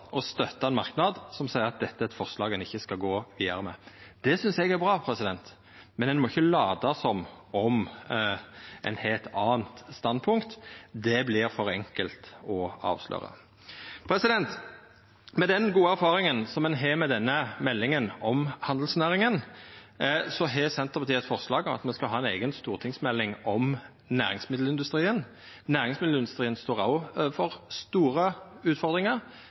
merknad som seier at dette er eit forslag ein ikkje skal gå vidare med. Det synest eg er bra, men ein må ikkje lata som om ein har eit anna standpunkt. Det vert for enkelt å avsløra. Med den gode erfaringa ein har med denne meldinga om handelsnæringa, er Senterpartiet med på eit forslag om at me skal ha ei eiga stortingsmelding om næringsmiddelindustrien, som òg står overfor store utfordringar.